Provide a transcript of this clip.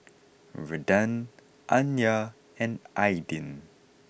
Redden Anya and Aydin